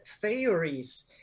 theories